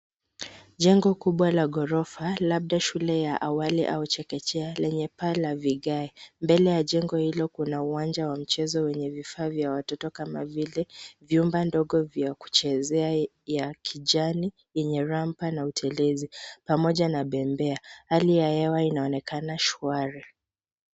Jengo kubwa la ghorofa labda shule ya awali au chekechea lenye paa la vigae. Mbele ya jengo hilo kuna uwanja wa mchezo wenye vifaa vya watoto kama vile vyumba ndogo vya kuchezea ya kijani yenye rump na utelezi pamoja na bembea. Hali ya hewa inaonekana shwari.